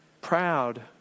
proud